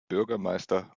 bürgermeister